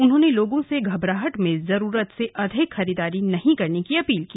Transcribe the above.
उन्होंने लोगों से घबराहट में ज़रूरत से अधिक खरीदारी नहीं करने की अपील की